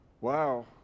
Wow